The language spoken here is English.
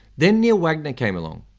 then neil wagner came along.